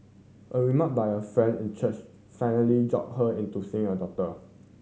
a remark by a friend in church finally jolted her into seeing a doctor